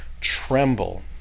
tremble